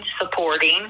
supporting